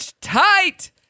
tight